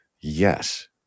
yes